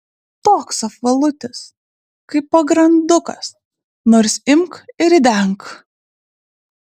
toks apvalutis kaip pagrandukas nors imk ir ridenk